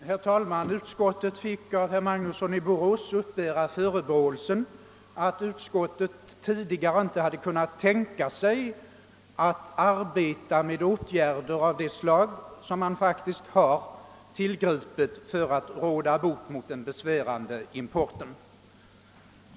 Herr talman! Utskottet fick av herr Magnusson i Borås uppbära förebråelsen att det tidigare inte hade kunnat tänka sig att arbeta med åtgärder av det slag som faktiskt har tillgripits för att råda bot mot den besvärande importen.